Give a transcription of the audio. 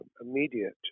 immediate